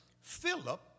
Philip